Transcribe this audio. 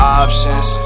options